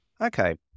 Okay